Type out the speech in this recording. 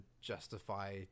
justify